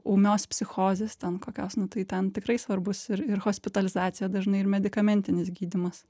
ūmios psichozės ten kokios nu tai ten tikrai svarbus ir ir hospitalizacija dažnai ir medikamentinis gydymas